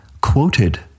quoted